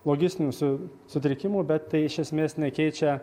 logistinių su sutrikimų bet tai iš esmės nekeičia